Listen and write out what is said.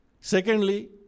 Secondly